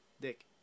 Dick